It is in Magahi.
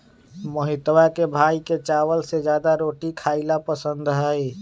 मोहितवा के भाई के चावल से ज्यादा रोटी खाई ला पसंद हई